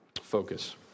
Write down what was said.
focus